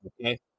Okay